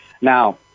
Now